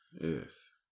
Yes